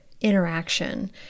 interaction